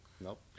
Nope